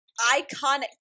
Iconic